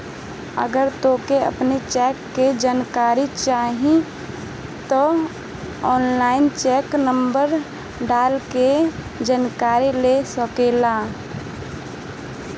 अगर तोहके अपनी चेक के जानकारी चाही तअ ऑनलाइन चेक नंबर डाल के जानकरी ले सकेला